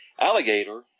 Alligator